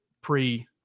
pre